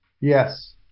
Yes